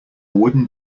wooden